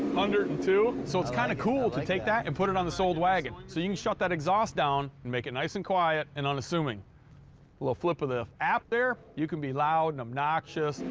hundred and two. so it's kind of cool to take that and put it on this old wagon, so you can shut that exhaust down and make it nice and quiet and unassuming. a little flip of the app there, you can be loud and obnoxious.